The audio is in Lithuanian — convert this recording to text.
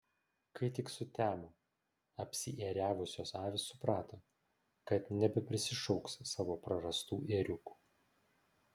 kai tik sutemo apsiėriavusios avys suprato kad nebeprisišauks savo prarastų ėriukų